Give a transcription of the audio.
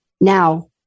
Now